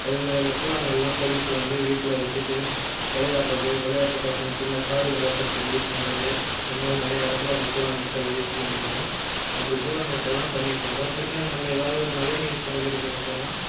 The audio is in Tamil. அதேமாதிரி அந்த கூழாங்கல்லாம் பொறுக்கிட்டு வந்து வீட்டில் வச்சுட்டு விளையாட்றது விளையாட்டு பசங்க சின்ன காயின் நகர்த்தறதுக்கு யூஸ் பண்றது அதுமாதிரி நிறைய இடத்துல அந்த கூழாங்கற்கள யூஸ் பண்ணிக்கிட்டு இருப்போம் அப்படி கூழாங்கற்கள்லாம் பண்ணிக்கிட்டு இருப்போம் பின்னாடி நம்ம ஏதாவது மழைநீர் சேகரிக்கிறதெல்லாம்